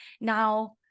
Now